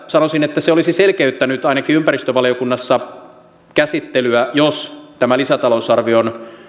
sanoisin että se olisi selkeyttänyt ainakin ympäristövaliokunnassa käsittelyä jos tämä lisätalousarvion